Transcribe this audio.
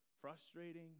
frustrating